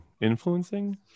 influencing